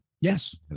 Yes